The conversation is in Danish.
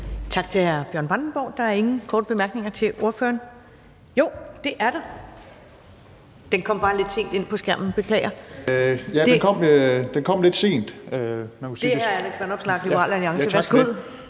Tak til hr. Bjørn Brandenborg. Der er ingen korte bemærkninger. Jo, det er der – det kom bare lidt sent ind på skærmen, beklager. Det er Alex Vanopslagh, Liberal Alliance. Værsgo.